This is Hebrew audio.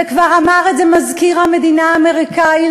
וכבר אמר את זה מזכיר המדינה האמריקני,